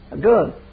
Good